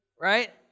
right